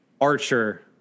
Archer